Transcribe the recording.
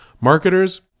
Marketers